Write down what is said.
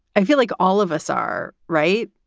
i feel like all of us are right.